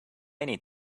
need